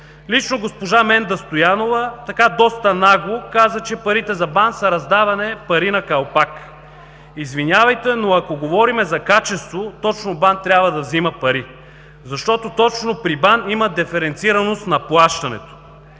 Лично госпожа Менда Стоянова, така, доста нагло каза, че парите за БАН са раздаване „пари на калпак“. Извинявайте, но ако говорим за качество, точно БАН трябва да взима пари. Защото точно при БАН има диференцираност на плащането.